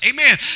Amen